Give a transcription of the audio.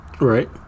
Right